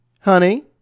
Honey